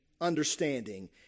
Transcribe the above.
understanding